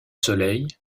soleil